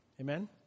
Amen